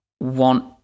want